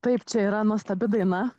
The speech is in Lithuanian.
taip čia yra nuostabi daina